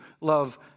love